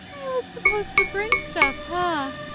i was supposed to bring stuff, huh?